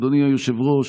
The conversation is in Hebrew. אדוני היושב-ראש,